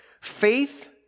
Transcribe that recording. Faith